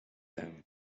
them